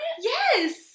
yes